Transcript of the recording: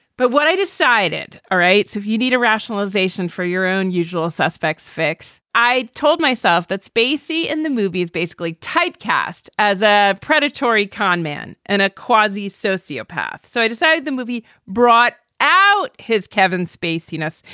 but what i decided. all right. so you need a rationalization for your own usual suspects fix. i told myself that spacey in the movie is basically typecast as a predatory con man and a quasi sociopath. so i decided the movie brought out his kevin spacey ness.